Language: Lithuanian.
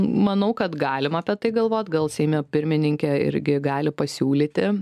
manau kad galim apie tai galvot gal seime pirmininkė irgi gali pasiūlyti